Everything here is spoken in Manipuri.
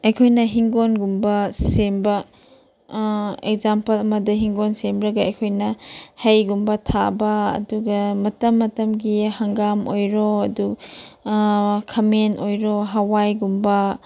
ꯑꯩꯈꯣꯏꯅ ꯍꯤꯡꯒꯣꯟꯒꯨꯝꯕ ꯁꯦꯝꯕ ꯑꯦꯛꯖꯥꯝꯄꯜ ꯑꯃꯗ ꯍꯤꯡꯒꯣꯟ ꯁꯦꯝꯂꯒ ꯑꯩꯈꯣꯏꯅ ꯍꯩꯒꯨꯝꯕ ꯊꯥꯕ ꯑꯗꯨꯒ ꯃꯇꯝ ꯃꯇꯝꯒꯤ ꯍꯪꯒꯥꯝ ꯑꯣꯏꯔꯣ ꯑꯗꯨ ꯈꯥꯃꯦꯟ ꯑꯣꯏꯔꯣ ꯍꯋꯥꯏꯒꯨꯝꯕ